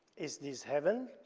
is this heaven?